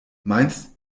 meinst